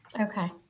Okay